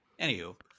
anywho